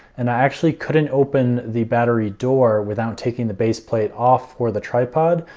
and i actually couldn't open the battery door without taking the baseplate off for the tripod.